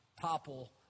topple